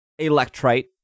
Electrite